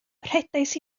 rhedais